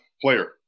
player